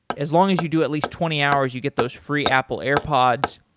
as long as you do at least twenty hours, you get those free apple air pods.